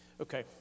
Okay